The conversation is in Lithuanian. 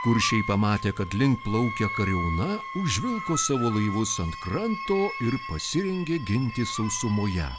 kuršiai pamatė kad link plaukia kariauna užvilko savo laivus ant kranto ir pasirengė gintis sausumoje